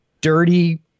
dirty